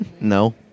No